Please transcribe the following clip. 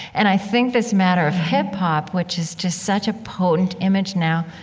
and i think this matter of hip hop, which is just such a potent image now,